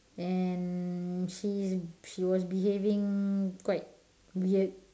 and he is he was behaving quite weird